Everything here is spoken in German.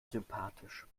sympathisch